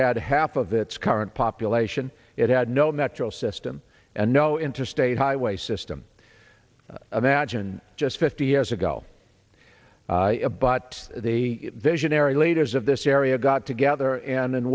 had half of its current population it had no metro system and no interstate highway system magine just fifty years ago but the visionary leaders of this area got together and